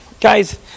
Guys